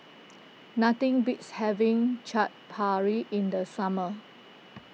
nothing beats having Chaat Papri in the summer